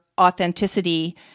authenticity